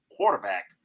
quarterback